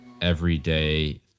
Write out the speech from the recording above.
everyday